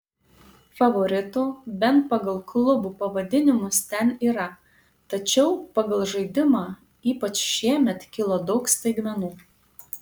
favoritų bent pagal klubų pavadinimus ten yra tačiau pagal žaidimą ypač šiemet kilo daug staigmenų